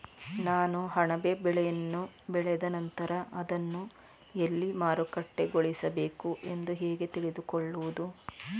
ನಾನು ಅಣಬೆ ಬೆಳೆಯನ್ನು ಬೆಳೆದ ನಂತರ ಅದನ್ನು ಎಲ್ಲಿ ಮಾರುಕಟ್ಟೆಗೊಳಿಸಬೇಕು ಎಂದು ಹೇಗೆ ತಿಳಿದುಕೊಳ್ಳುವುದು?